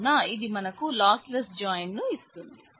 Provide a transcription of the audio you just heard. కావున ఇది మనకు లాస్లెస్ జాయిన్ ను ఇస్తుంది